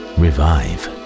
revive